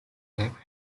left